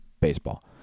baseball